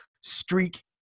streak